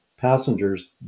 passengers